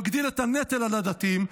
מגדיל את הנטל על הדתיים,